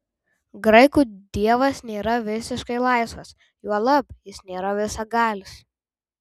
graikų dievas nėra visiškai laisvas juolab jis nėra visagalis